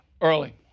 Early